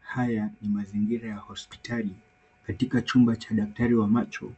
Haya ni mazingira ya hospitali katika chumba cha daktari wa macho